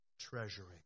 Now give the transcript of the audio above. treasuring